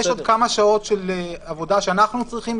יש עוד כמה שעות של עבודה שאנחנו צריכים,